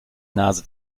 nase